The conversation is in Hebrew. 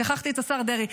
שכחתי את השר דרעי.